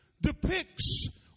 depicts